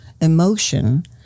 emotion